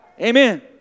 Amen